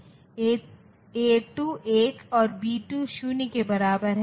तो यह एक कॉम्बिनेशन सर्किट और सेक्विवेन्शन सर्किट के रूप में होता है